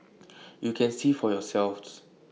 you can see for yourselves